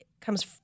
comes